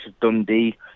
Dundee